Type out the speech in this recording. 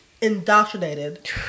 indoctrinated